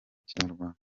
ikinyarwanda